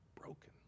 broken